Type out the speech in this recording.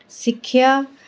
ਸਿੱਖਿਆ